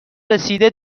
رسیده